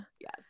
Yes